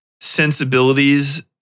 sensibilities